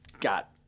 got